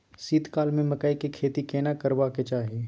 शीत काल में मकई के खेती केना करबा के चाही?